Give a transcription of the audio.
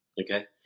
Okay